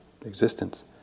existence